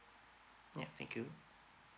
yup thank you